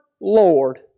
Lord